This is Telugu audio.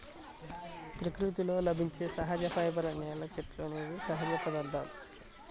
ప్రకృతిలో లభించే సహజ ఫైబర్స్, నేల, చెట్లు అనేవి సహజ పదార్థాలు